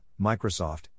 Microsoft